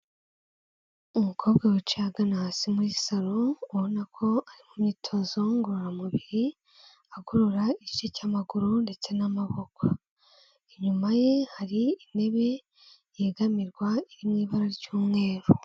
Umukobwa wicaye ahagana hasi muri saro ubona ko ari mumyitozo ngororamubiri akurura igice cy'amaguru ndetse n'amaboko, inyuma ye hari intebe yegamirwa iri mui ibara ry'umweru.